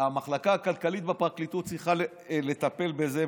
המחלקה הכלכלית בפרקליטות צריכה לטפל בזה,